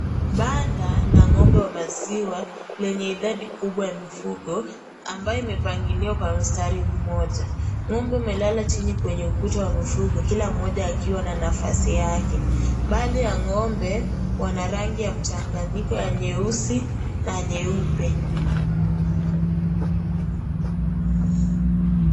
Banda la ng'ombe wa maziwa lenye idadi kubwa ya mifugo, ambaye imepangiliwa kwa mstari mmoja. Ng'ombe wamelala chini kwenye ukuta wa mifugo kila mmoja akiwa na nafasi yake. Baadhi ya ng'ombe wana rangi ya mchanganyiko wa nyeusi na nyeupe.